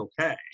okay